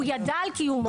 הוא ידע על קיומו,